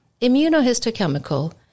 Immunohistochemical